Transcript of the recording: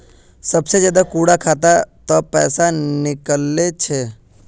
सबसे ज्यादा कुंडा खाता त पैसा निकले छे?